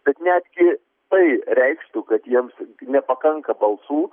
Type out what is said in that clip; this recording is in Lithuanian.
bet netgi tai reikštų kad jiems nepakanka balsų